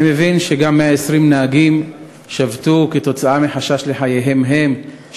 שגם 120 נהגים שבתו מחשש לחייהם הם,